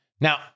Now